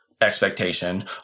expectation